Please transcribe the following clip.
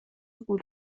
گول